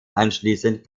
anschließend